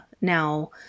now